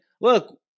look